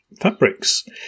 fabrics